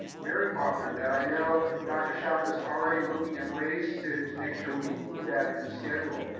very popular that i know dr. sciacca is already looking at ways to to make sure we include that in the schedule.